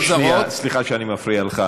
ממדינות זרות, אדוני, שנייה, סליחה שאני מפריע לך.